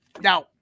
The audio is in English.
Now